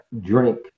drink